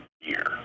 year